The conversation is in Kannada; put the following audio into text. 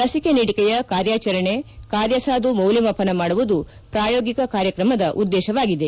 ಲಸಿಕೆ ನೀಡಿಕೆಯ ಕಾರ್ಯಾಚರಣೆ ಕಾರ್ಯಸಾಧು ಮೌಲ್ವಮಾಪನ ಮಾಡುವುದು ಪ್ರಾಯೋಗಿಕ ಕಾರ್ಯಕ್ರಮದ ಉದ್ದೇಶವಾಗಿದೆ